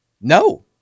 No